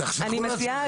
אני מציעה,